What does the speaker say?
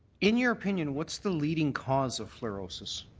in your opinion, what's the leading cause of fluorosis?